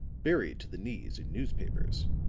buried to the knees in newspapers,